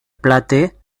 plate